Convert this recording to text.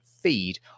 feed